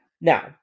Now